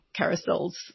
carousels